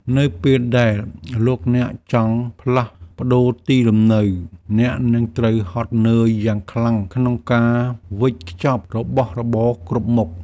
នៅពេលដែលលោកអ្នកចង់ផ្លាស់ប្ដូរទីលំនៅអ្នកនឹងត្រូវហត់នឿយយ៉ាងខ្លាំងក្នុងការវេចខ្ចប់របស់របរគ្រប់មុខ។